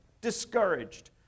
discouraged